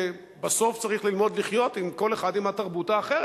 בסוף צריך ללמוד לחיות, כל אחד עם התרבות האחרת.